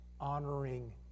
honoring